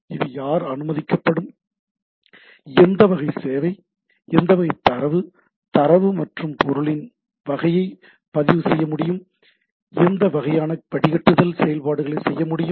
இது யார் அனுமதிக்கப்படும் எந்த வகை தரவு தரவு மற்றும் பொருளின் வகையை பதிவு செய்ய முடியும் என்ற வகையான வடிகட்டுதல் செயல்பாடுகளை செய்ய முடியும்